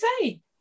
say